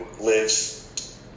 lives